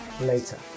later